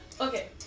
Okay